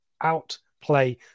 outplay